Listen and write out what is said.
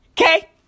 Okay